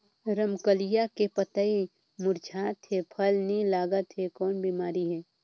रमकलिया के पतई मुरझात हे फल नी लागत हे कौन बिमारी हे?